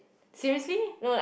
seriously